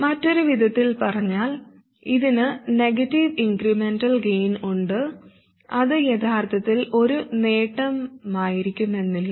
മറ്റൊരു വിധത്തിൽ പറഞ്ഞാൽ ഇതിന് നെഗറ്റീവ് ഇൻക്രെമെന്റൽ ഗൈൻ ഉണ്ട് അത് യഥാർത്ഥത്തിൽ ഒരു നേട്ടമായിരിക്കണമെന്നില്ല